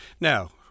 Now